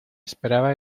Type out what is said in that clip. esperaba